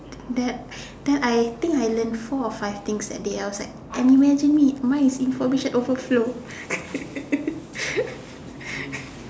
that's then I think I learnt four five things that day I was like and imagine me mine is information overflow